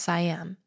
Siam